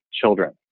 children